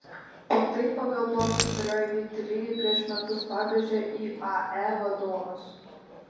o tai pagal planus turėjo įvykti lygiai prieš metus pabrėžė iae vadovas